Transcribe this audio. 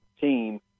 team